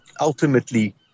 ultimately